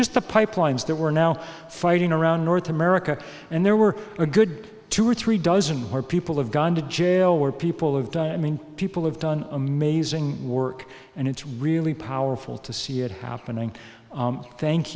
just the pipelines that we're now fighting around north america and there were a good two or three dozen where people have gone to jail where people have died i mean people have done amazing work and it's really powerful to see it happening thank